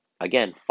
again